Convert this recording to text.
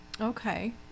Okay